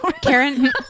Karen